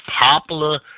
popular